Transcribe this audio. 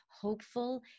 hopeful